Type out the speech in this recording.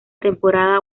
temporada